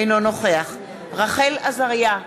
אינו נוכח רחל עזריה,